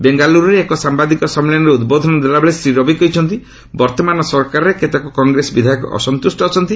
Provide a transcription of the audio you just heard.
ବେଙ୍ଗାଲ୍ତରରେ ଏକ ସାମ୍ବାଦିକ ସମ୍ମିଳନୀରେ ଉଦ୍ବୋଧନ ଦେଲାବେଳେ ଶ୍ରୀ ରବି କହିଛନ୍ତି ବର୍ତ୍ତମାନର ସରକାରରେ କେତେକ କଂଗ୍ରେସ ବିଧାୟକ ଅସନ୍ତୁଷ୍ଟ ଅଛନ୍ତି